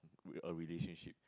a relationship